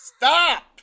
Stop